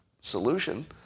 solution